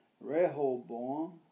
Rehoboam